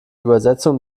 übersetzung